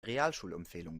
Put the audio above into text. realschulempfehlung